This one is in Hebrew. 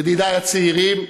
ידידי הצעירים,